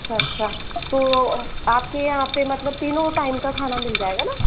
अच्छा अच्छा तो आपके यहाँ पे मतलब तीनों टाइम का खाना मिल जाएगा ना